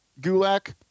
Gulak